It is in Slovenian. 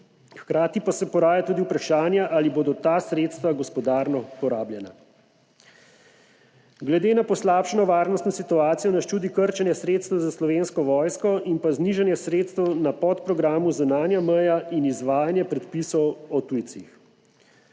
Hkrati pa se poraja tudi vprašanje, ali bodo ta sredstva gospodarno porabljena. Glede na poslabšano varnostno situacijo nas čudi krčenje sredstev za Slovensko vojsko in pa znižanje sredstev na podprogramu Zunanja meja in izvajanje predpisov o tujcih.